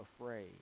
afraid